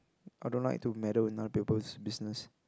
I don't like to meddle with other people business